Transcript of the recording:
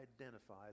identify